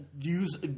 use